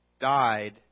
died